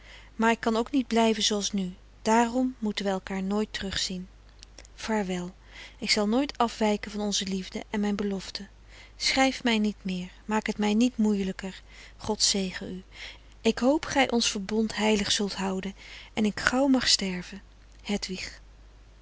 maar t kan ook niet blijven zooals nu daarom frederik van eeden van de koele meren des doods moeten wij elkaar nooit terugzien vaarwel ik zal nooit afwijken van onze liefde en mijn beloften schrijf mij niet meer maak het mij niet moeielijker god zegen u ik hoop gij ons verbond heilig zult houden en ik gauw mag sterven hedwig